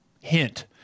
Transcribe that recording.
hint